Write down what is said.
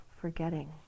forgetting